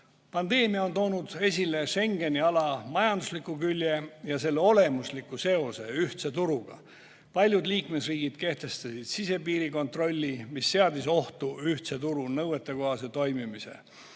Pandeemia on toonud esile Schengeni ala majandusliku külje ja selle olemusliku seose ühtse turuga. Paljud liikmesriigid kehtestasid sisepiiri kontrolli, mis seadis ohtu ühtse turu nõuetekohase toimimise.